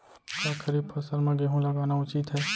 का खरीफ फसल म गेहूँ लगाना उचित है?